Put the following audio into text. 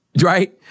Right